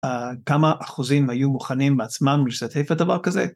‫כמה אחוזים היו מוכנים בעצמם ‫לשתתף בדבר כזה?